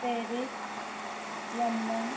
Paris London